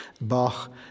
Bach